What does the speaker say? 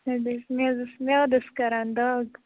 اَدٕ حظ مےٚ حظ ٲسۍ میادَس کران دَگ